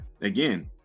again